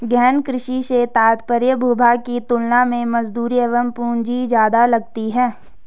गहन कृषि से तात्पर्य भूभाग की तुलना में मजदूरी एवं पूंजी ज्यादा लगती है